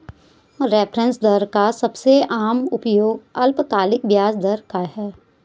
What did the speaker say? reference दर का सबसे आम उपयोग अल्पकालिक ब्याज दर का है